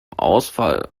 ausfall